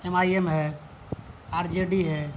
M I M ہے R J D ہے